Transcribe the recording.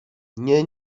nie